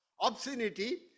obscenity